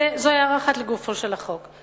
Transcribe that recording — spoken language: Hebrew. זו הערה אחת לגופו של החוק.